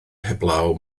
heblaw